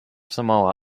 samoa